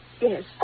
Yes